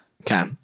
Okay